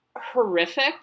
horrific